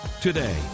Today